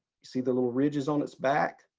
see the little ridges on its back?